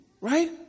right